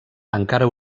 encara